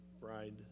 bride